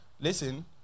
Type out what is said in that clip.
listen